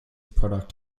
product